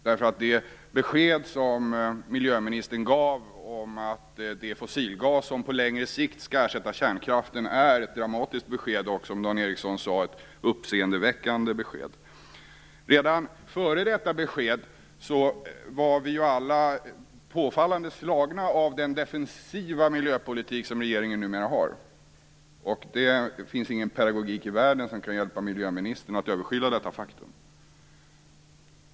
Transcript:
Det besked som miljöministern gav om att det är fossilgas som på längre sikt skall ersätta kärnkraften är ett dramatiskt besked och, som Dan Ericsson sade, ett uppseendeväckande besked. Redan före detta besked var vi alla påfallande slagna av den defensiva miljöpolitik som regeringen numera för. Det finns ingen pedagogik i världen som kan hjälpa miljöministern att överskyla detta faktum.